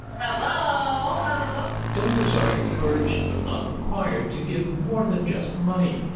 ah donors are encouraged, though not required, to give more than just money.